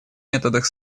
методах